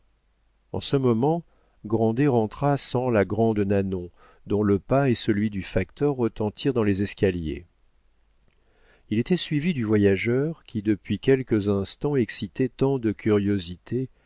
en ce moment grandet rentra sans la grande nanon dont le pas et celui du facteur retentirent dans les escaliers il était suivi du voyageur qui depuis quelques instants excitait tant de curiosités